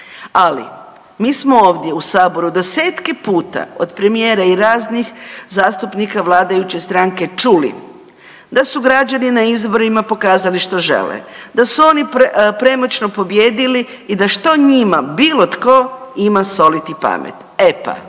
ali mi smo ovdje u saboru desetke puta od premijera i raznih zastupnika vladajuće stranke čuli da su građani na izborima pokazali što žele, da su oni premoćno pobijedili i da što njima bilo tko ima soliti pamet. E pa,